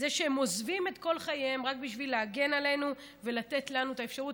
את זה שהם עוזבים את כל חייהם רק בשביל להגן עלינו ולתת לנו את האפשרות.